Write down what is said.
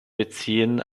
beziehen